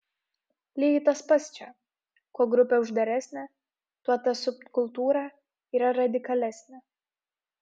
lygiai tas pats čia kuo grupė uždaresnė tuo ta subkultūra yra radikalesnė